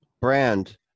Brand